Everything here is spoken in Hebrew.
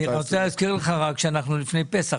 אני רק רוצה להזכיר לך שאנחנו לפני פסח,